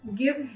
give